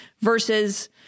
versus